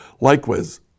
Likewise